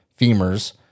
femurs